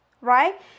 Right